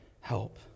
help